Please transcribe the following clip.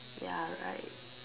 ya right